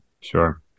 sure